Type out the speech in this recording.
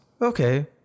Okay